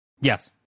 Yes